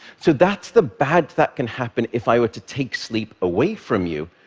so that's the bad that can happen if i were to take sleep away from you,